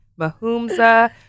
Mahumza